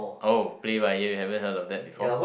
oh play by ear you haven't heard of that before